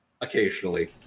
occasionally